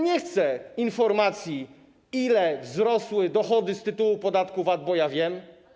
Nie chcę informacji, ile wzrosły dochody z tytułu podatku VAT, bo ja wiem.